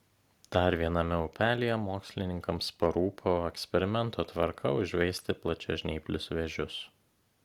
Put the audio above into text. dar viename upelyje mokslininkams parūpo eksperimento tvarka užveisti plačiažnyplius vėžius